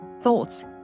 thoughts